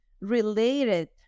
related